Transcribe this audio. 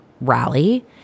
rally